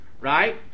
right